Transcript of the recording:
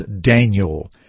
Daniel